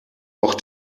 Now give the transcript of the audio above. auch